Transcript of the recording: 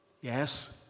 Yes